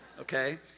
okay